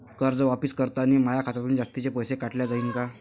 कर्ज वापस करतांनी माया खात्यातून जास्तीचे पैसे काटल्या जाईन का?